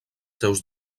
seus